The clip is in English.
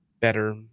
better